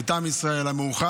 הוא בוחר את המילים שלו.